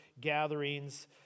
gatherings